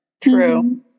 True